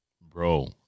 bro